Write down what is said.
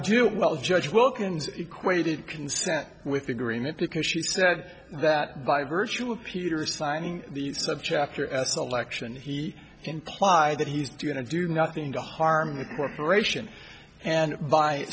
do well judge wilkins equated consent with agreement because she said that by virtue of peter signing the subchapter s election he implied that he was doing a do nothing to harm the corporation and by